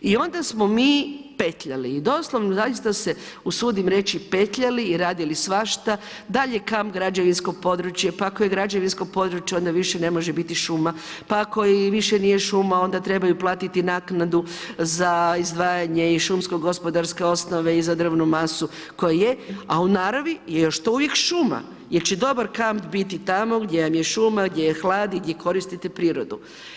I onda smo mi petljali i doslovno zaista se usudim reći petljali i radili svašta, da li je kamp građevinsko područje, pa ako je građevinsko područje, onda više ne može biti šuma, pa ako i više nije šuma, onda trebaju platiti naknadu za izdvajanje i šumsko gospodarske osnove i za drvnu masu koja je, a u naravni je još to uvijek šuma jer će dobar kamp biti tamo gdje nam je šuma, gdje je hlad i gdje koristite prirodu.